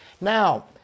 Now